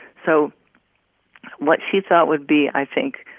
so what she thought would be, i think,